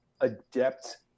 adept